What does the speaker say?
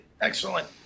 Excellent